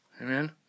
Amen